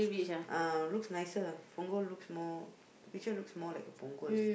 uh looks nicer ah Punggol looks more picture looks more like a Punggol